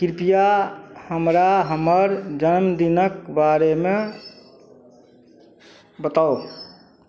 कृपया हमरा हमर जनमदिनके बारेमे बताउ